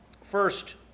First